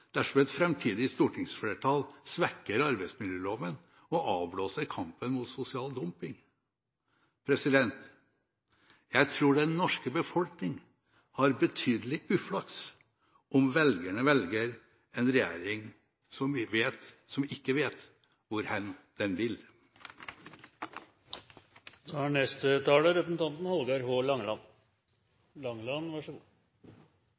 dersom et framtidig stortingsflertall svekker arbeidsmiljøloven og avblåser kampen mot sosial dumping. Jeg tror den norske befolkning har betydelig uflaks om velgerne velger en regjering som ikke vet hvor hen den vil. Det er